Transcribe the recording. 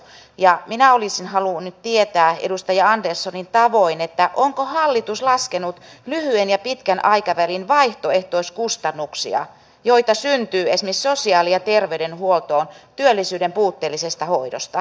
ja minä olisin halunnut nyt tietää edustaja anderssonin tavoin onko hallitus laskenut lyhyen ja pitkän aikavälin vaihtoehtoiskustannuksia joita syntyy esimerkiksi sosiaali ja terveydenhuoltoon työllisyyden puutteellisesta hoidosta